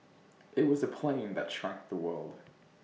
IT was the plane that shrank the world